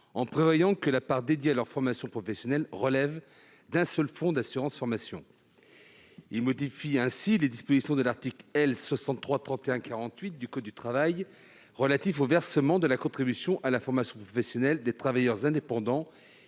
en prévoyant que la part dédiée à leur formation professionnelle relève d'un seul fonds d'assurance formation. Il modifie à cette fin les dispositions de l'article L. 6331-48 du code du travail relatif au versement de la contribution à la formation professionnelle des travailleurs indépendants,